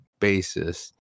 basis